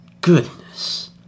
goodness